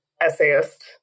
essayist